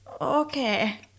Okay